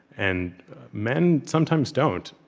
and men, sometimes, don't.